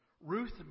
Ruth